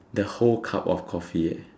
the whole cup of coffee